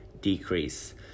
decrease